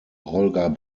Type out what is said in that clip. holger